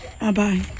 Bye-bye